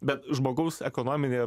bet žmogaus ekonominė